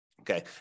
Okay